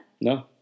No